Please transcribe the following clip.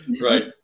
right